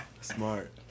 Smart